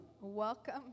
Welcome